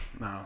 No